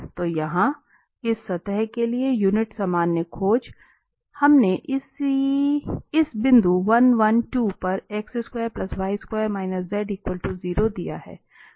तो यहाँ इस सतह के लिए यूनिट सामान्य खोजें हमने इस बिंदु 112 पर दिया है